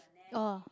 oh